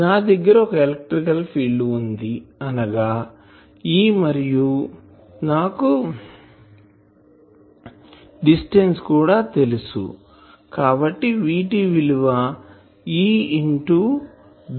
నా దగ్గర ఒక ఎలక్ట్రిక్ ఫీల్డ్ వుంది అనగా E మరియు నాకు డిస్టెన్సు కూడా తెలుసు కాబట్టి VT విలువ E ఇంటూ dl